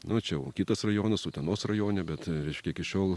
nu čia jau kitas rajonas utenos rajone bet reiškia iki šiol